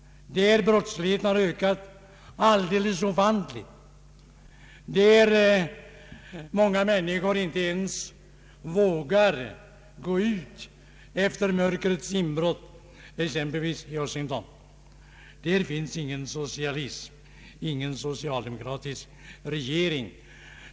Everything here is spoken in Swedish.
Där har brottsligheten ökat alldeles ofantligt, och många människor vågar inte ens gå ut efter mörkrets inbrott, exempelvis i Washington. Där finns ingen socialism och ingen socialdemokratisk regering.